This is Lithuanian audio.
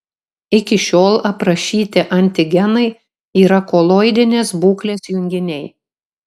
iki šiol aprašyti antigenai yra koloidinės būklės junginiai